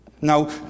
Now